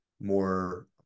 more